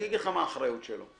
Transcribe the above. אני אגיד לך מה האחריות שלו.